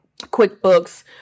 quickbooks